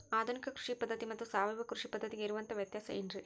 ಆಧುನಿಕ ಕೃಷಿ ಪದ್ಧತಿ ಮತ್ತು ಸಾವಯವ ಕೃಷಿ ಪದ್ಧತಿಗೆ ಇರುವಂತಂಹ ವ್ಯತ್ಯಾಸ ಏನ್ರಿ?